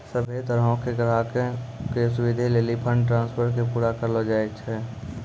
सभ्भे तरहो के ग्राहको के सुविधे लेली फंड ट्रांस्फर के पूरा करलो जाय छै